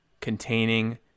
containing